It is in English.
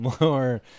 More